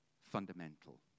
fundamental